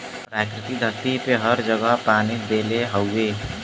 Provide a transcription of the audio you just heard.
प्रकृति धरती पे हर जगह पानी देले हउवे